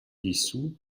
dissous